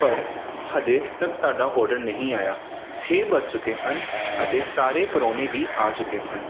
ਪਰ ਹਜੇ ਤੱਕ ਤੁਹਾਡਾ ਔਡਰ ਨਹੀਂ ਆਇਆ ਛੇ ਵੱਜ ਚੁੱਕੇ ਹਨ ਅਤੇ ਸਾਰੇ ਪਰਾਹੁਣੇ ਵੀ ਆ ਚੁੱਕੇ ਹਨ